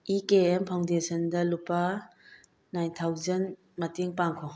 E K M ꯐꯥꯎꯟꯗꯦꯁꯟꯗ ꯂꯨꯄꯥ nine thousand ꯃꯇꯦꯡ ꯄꯥꯡꯈꯣ